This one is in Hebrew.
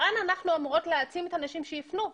לאן אנחנו אמורות להעצים את הנשים שיפנו,